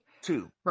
two